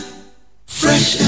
Fresh